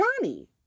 Johnny